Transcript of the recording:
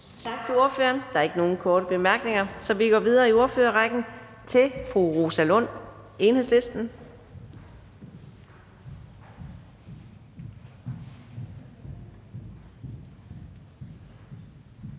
Tak til ordføreren. Der er ikke nogen korte bemærkninger, så vi går videre i ordførerrækken til fru Rosa Lund, Enhedslisten.